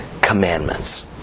Commandments